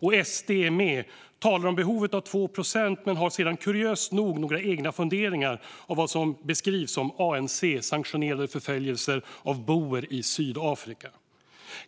Och SD är med och talar om behovet av 2 procent, men sedan har partiet kuriöst nog några egna funderingar över vad som beskrivs som ANC-sanktionerade förföljelser av boer i Sydafrika.